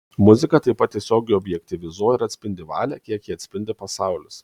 muzika taip pat tiesiogiai objektyvizuoja ir atspindi valią kiek ją atspindi pasaulis